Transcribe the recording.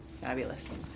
Fabulous